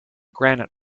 granite